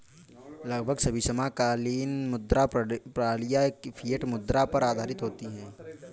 लगभग सभी समकालीन मुद्रा प्रणालियाँ फ़िएट मुद्रा पर आधारित होती हैं